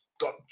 got